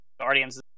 guardians